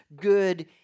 good